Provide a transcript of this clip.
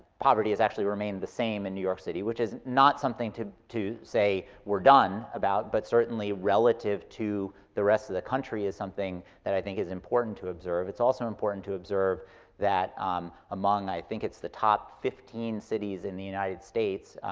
poverty has actually remained the same in new york city. which is not something to to say we're done about, but certainly relative to the rest of the country is something that i think is important to observe. it's also important to observe that among, i think it's the top fifteen cities in the united states,